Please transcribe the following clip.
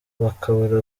bakabura